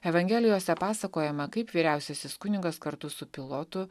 evangelijose pasakojama kaip vyriausiasis kunigas kartu su pilotu